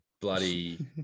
bloody